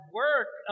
work